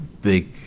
Big